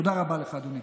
תודה רבה לך, אדוני.